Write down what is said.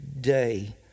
day